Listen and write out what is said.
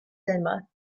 cinema